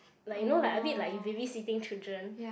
like you know like a bit like you babysitting children